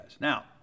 now